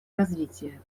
развития